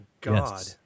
God